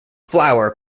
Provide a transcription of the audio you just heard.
flour